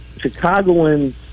Chicagoans